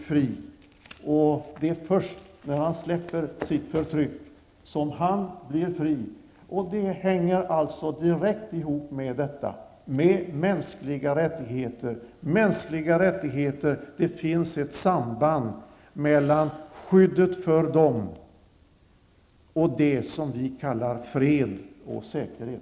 Det är, som sagt, först när förtryckaren släpper sitt förtryck som han blir fri. Här har vi en direkt koppling till detta med de mänskliga rättigheterna. Det finnas alltså ett samband mellan skyddet av dessa och det som vi kallar fred och säkerhet.